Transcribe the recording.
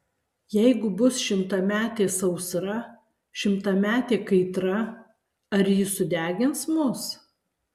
jeigu bus šimtametė sausra šimtametė kaitra ar ji sudegins mus